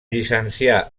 llicencià